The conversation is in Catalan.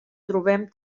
trobem